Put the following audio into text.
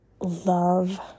love